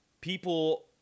people